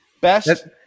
Best